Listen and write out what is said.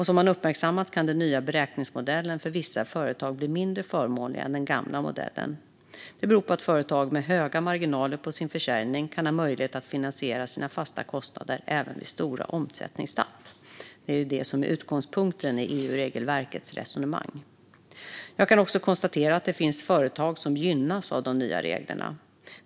Som han uppmärksammat kan den nya beräkningsmodellen för vissa företag bli mindre förmånlig än den gamla modellen. Detta beror på att företag med höga marginaler på försäljningen kan ha möjlighet att finansiera sina fasta kostnader även vid stora omsättningstapp. Det är utgångspunkten i resonemangen i EU-regelverket. Jag kan också konstatera att det finns företag som gynnas av de nya reglerna.